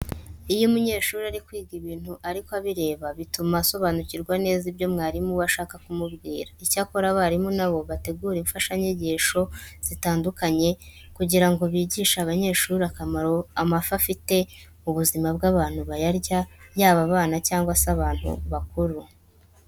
Iyo umunyeshuri ari kwiga ibintu ariko abireba bituma asobanukirwa neza ibyo mwarimu we ashaka kumubwira. Icyakora abarimu na bo bategura imfashanyigisho zitandukanye kugira ngo bigishe abanyeshuri akamaro amafi afite mu buzima bw'abantu bayarya yaba abana cyangwa se abantu bakuru.